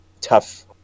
tough